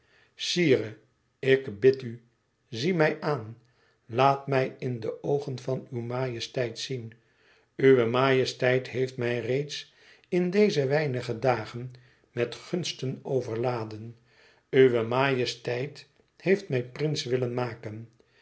sire ik bid u zie mij aan laat mij in de oogen van uwe majesteit zien uwe majesteit heeft mij reeds in deze weinige dagen met gunsten overladen uwe majesteit heeft mij prins willen maken